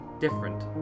different